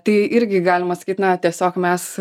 tai irgi galima sakyt na tiesiog mes